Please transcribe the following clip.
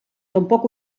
tampoc